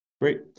Great